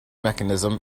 mechanism